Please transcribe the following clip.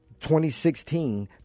2016